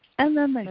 and then they